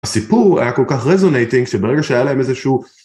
הסיפור כל כך רזונטינג שברגע שהיה להם איזשהו.